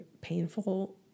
painful